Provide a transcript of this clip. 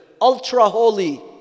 ultra-holy